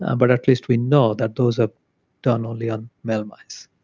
ah but at least we know that those are done only on male mice.